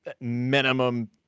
minimum